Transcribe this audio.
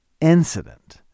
incident